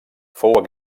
fou